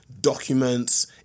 documents